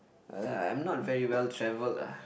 uh I'm not very well travelled ah